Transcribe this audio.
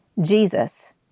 Jesus